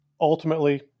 Ultimately